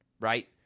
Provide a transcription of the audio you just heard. right